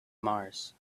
mars